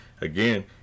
again